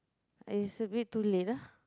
is a bit too late lah